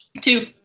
Two